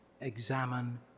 examine